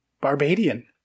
Barbadian